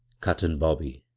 cut in bobby,